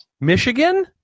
Michigan